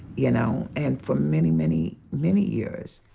you know. and for many, many, many years,